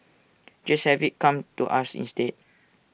just have IT come to us instead